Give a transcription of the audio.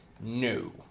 No